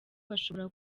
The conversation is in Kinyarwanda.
bashobora